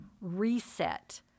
reset